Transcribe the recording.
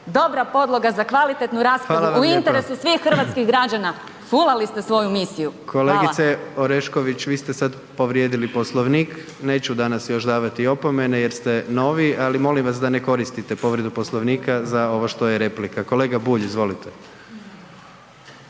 Hvala vam lijepa/… u interesu svih hrvatskih građana, fulali ste svoju misiju. Hvala. **Jandroković, Gordan (HDZ)** Kolegice Orešković, vi ste sad povrijedili Poslovnik, neću danas još davati opomene jer ste novi ali molim vas da ne koristite povredu Poslovnika za ovo što je replika. Kolega Bulj, izvolite.